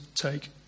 take